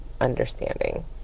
understanding